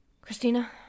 Christina